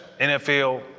NFL